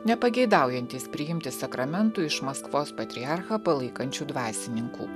nepageidaujantys priimti sakramentų iš maskvos patriarchą palaikančių dvasininkų